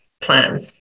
plans